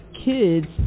kids